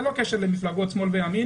ללא קשר למפלגות שמאל וימין